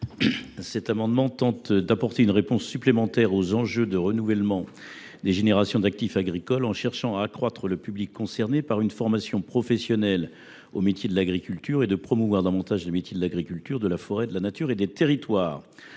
cet amendement, nous tentons d’apporter une réponse supplémentaire aux enjeux de renouvellement des générations d’actifs agricoles. Il s’agit, plus précisément, d’étendre le public concerné par une formation professionnelle aux métiers de l’agriculture et de promouvoir davantage les métiers de l’agriculture, de la forêt, de la nature et des territoires.